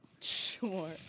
Sure